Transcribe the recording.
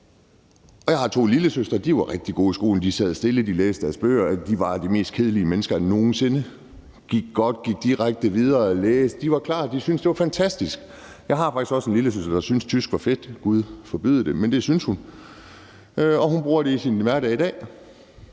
Og jeg har to lillesøstre. De var rigtig gode i skolen. De sad stille. De læste deres bøger. De var de mest kedelige mennesker nogen sinde. Det gik godt. De gik direkte videre og læste. De var klar, og de syntes, det var fantastisk. Jeg har faktisk også en lille søster, der syntes, at tysk var fedt – gud forbyde det, men det syntes hun – og hun bruger det i sin hverdag i dag.